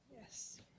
Yes